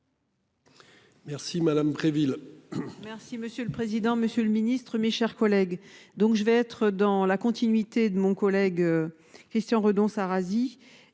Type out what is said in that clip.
Merci madame Préville.